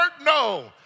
No